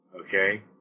okay